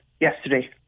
yesterday